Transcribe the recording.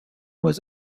was